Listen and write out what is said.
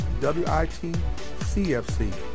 WITCFC